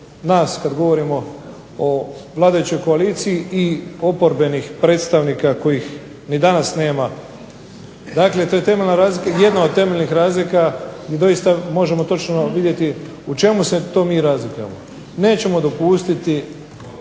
nas kad govorimo o vladajućoj koaliciji i oporbenih predstavnika kojih ni danas nema. Dakle to je jedna od temeljnih razlika i doista možemo točno vidjeti u čemu se to mi razlikujemo. Nećemo dopustiti